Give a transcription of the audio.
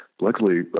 luckily